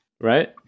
Right